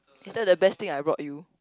is that the best thing I brought you